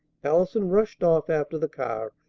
allison rushed off after the car,